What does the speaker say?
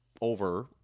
over